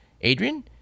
Adrian